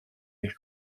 eich